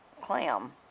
clam